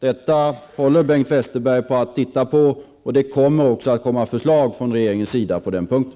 Detta tittar Bengt Westerberg på just nu, och det kommer förslag från regeringens sida på den punkten.